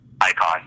icon